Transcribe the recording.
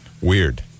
weird